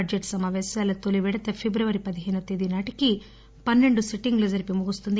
budget సమాపేశాల తొలీ విడత ఫిబ్రవరి పదిహేనవ తేదీ నాటికి పన్నెండు సిట్టింగ్లు జరిపి ముగుస్తుంది